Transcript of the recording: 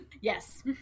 Yes